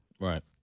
Right